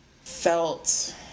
felt